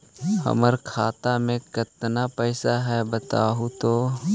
हमर खाता में केतना पैसा है बतहू तो?